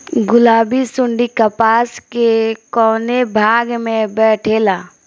गुलाबी सुंडी कपास के कौने भाग में बैठे ला?